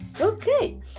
Okay